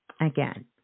again